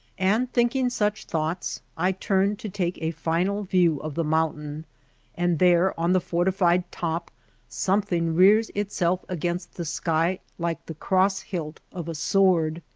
and thinking such thoughts i turn to take a final view of the mountain and there on the fortified top something rears itself against the sky like the cross-hilt of a sword.